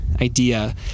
idea